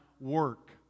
work